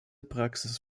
praxis